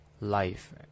life